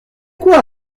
quoi